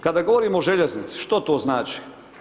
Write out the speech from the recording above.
Kada govorimo o željeznici, što to znači?